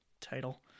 title